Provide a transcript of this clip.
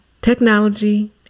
technology